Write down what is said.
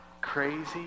crazy